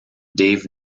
dave